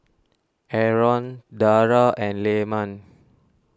Aaron Dara and Leman